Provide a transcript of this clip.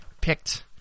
picked